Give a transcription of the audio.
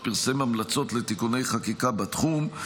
הוא פרסם המלצות לתיקוני חקיקה בתחום.